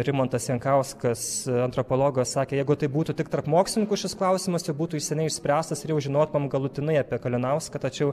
rimantas jankauskas antropologas sakė jeigu tai būtų tik tarp mokslininkų šis klausimas jau būtų jis seniai išspręstas ir jau žinotumėm galutinai apie kalinauską tačiau